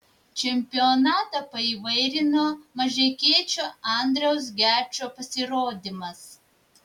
čempionatą paįvairino mažeikiečio andriaus gečo pasirodymas